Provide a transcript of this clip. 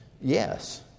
Yes